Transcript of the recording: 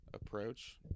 approach